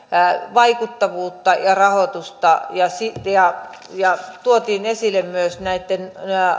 vaikuttavuutta ja rahoitusta ja ja tuotiin esille myös näitten